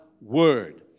Word